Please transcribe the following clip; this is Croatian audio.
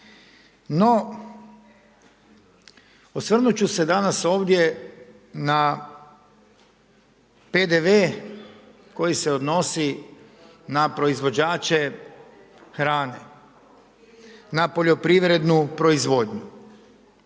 No osvrnut ću se danas ovdje na PDV koji se odnosi na proizvođače hrane na poljoprivrednu proizvodnju.